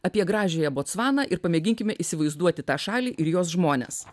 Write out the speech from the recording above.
apie gražiąją botsvaną ir pamėginkime įsivaizduoti tą šalį ir jos žmones